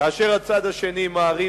כאשר הצד השני מערים